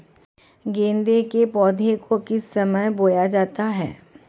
गेंदे के पौधे को किस समय बोया जाता है?